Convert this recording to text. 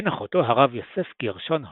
בן אחותו, הרב יוסף גרשון הורוביץ,